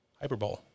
hyperbole